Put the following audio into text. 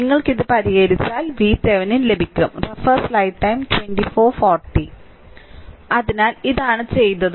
നിങ്ങൾ ഇത് പരിഹരിച്ചാൽ നിങ്ങൾക്ക് VThevenin ലഭിക്കും അതിനാൽ ഇതാണ് ചെയ്തത്